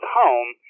home